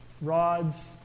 Rods